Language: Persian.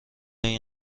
این